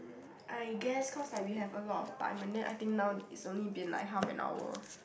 I guess cause like we have a lot of time and then I think now it's only been like half an hour